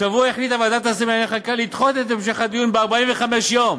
השבוע החליטה ועדת השרים לענייני חקיקה לדחות את המשך הדיון ב-45 יום.